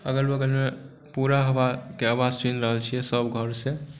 अगल बगलमे पूरा हवाके आवाज सुनि रहल छिए सब घरसँ